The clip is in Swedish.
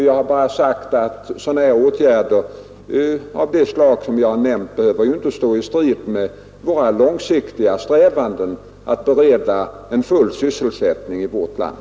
Jag vill upprepa att åtgärder av det slag jag har nämnt inte behöver stå i strid med våra långsiktiga strävanden att åstadkomma full sysselsättning i vårt land.